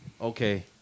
okay